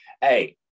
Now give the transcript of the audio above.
hey